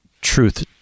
truth